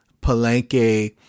Palenque